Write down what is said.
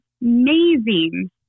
amazing